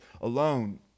alone